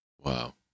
Wow